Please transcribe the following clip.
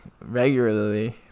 regularly